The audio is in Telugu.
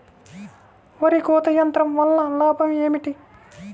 వరి కోత యంత్రం వలన లాభం ఏమిటి?